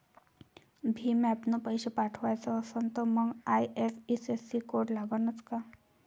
भीम ॲपनं पैसे पाठवायचा असन तर मंग आय.एफ.एस.सी कोड लागनच काय?